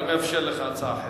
אני מאפשר לך הצעה אחרת.